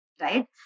right